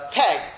peg